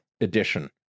edition